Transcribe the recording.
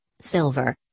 silver